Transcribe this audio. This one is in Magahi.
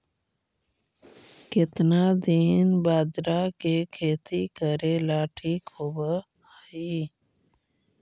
केतना दिन बाजरा के खेती करेला ठिक होवहइ?